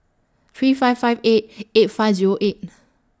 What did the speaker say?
three five five eight eight five Zero eight